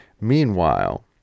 Meanwhile